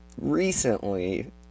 recently